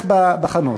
אצלך בחנות.